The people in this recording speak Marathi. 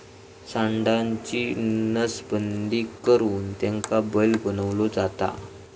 सांडाची नसबंदी करुन त्याका बैल बनवलो जाता